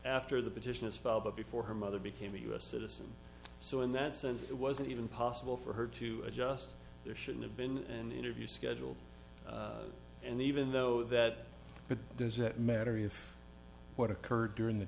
after the petition is file but before her mother became a us citizen so in that sense it wasn't even possible for her to adjust there should have been interviewed scheduled and even though that does it matter if what occurred during the